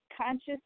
conscious